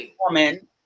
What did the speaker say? woman